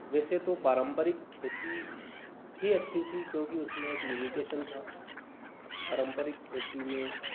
वैसे तो पारम्परिक खेती ही अच्छी थी क्योंकि उसमें एक लिमिटेशन था पारम्परिक खेती में